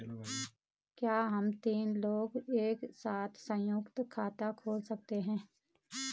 क्या हम तीन लोग एक साथ सयुंक्त खाता खोल सकते हैं?